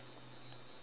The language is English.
your turn